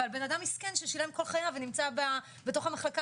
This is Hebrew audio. ועל אדם מסכן ששילם כל חייו ונמצא בתוך המחלקה